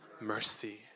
mercy